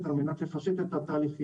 באינטרנט, על מנת לפשט את התהליכים.